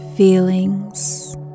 Feelings